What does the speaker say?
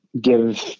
give